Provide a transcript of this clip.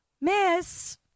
Miss